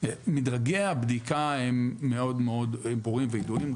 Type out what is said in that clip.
מדרגי הבדיקה מאוד מאוד ברורים וידועים,